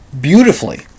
beautifully